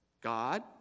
God